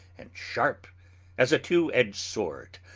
and sharp as a two-edged sword.